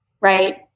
Right